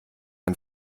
ein